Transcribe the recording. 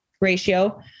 ratio